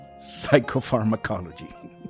psychopharmacology